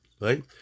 right